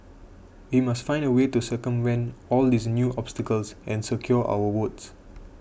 we must find a way to circumvent all these new obstacles and secure our votes